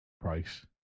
price